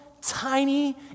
tiny